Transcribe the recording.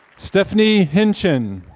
stephanie hintgen.